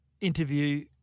interview